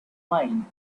wine